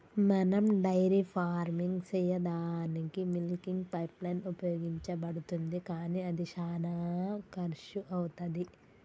మనం dairy farming సెయ్యదానికీ milking pipeline ఉపయోగించబడుతుంది కానీ అది శానా కర్శు అవుతది